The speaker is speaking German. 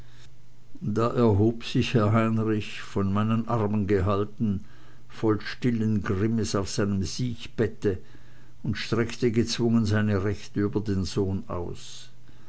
da erhob sich herr heinrich von meinen armen gehalten voll stillen grimmes auf seinem siechbette und streckte gezwungen seine rechte über den sohn aus